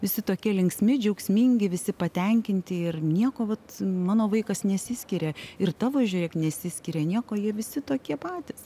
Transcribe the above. visi tokie linksmi džiaugsmingi visi patenkinti ir nieko vat mano vaikas nesiskiria ir tavo žiūrėk nesiskiria nieko jie visi tokie patys